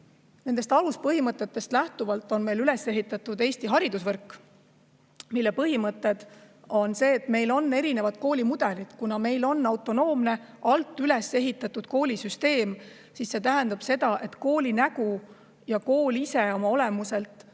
Nendest aluspõhimõtetest lähtuvalt on meil üles ehitatud Eesti haridusvõrk, mille põhimõte on see, et meil on erinevad koolimudelid. Kuna meil on autonoomne, alt üles ehitatud koolisüsteem, siis see tähendab seda, et kooli nägu ja kool ise oma olemuselt on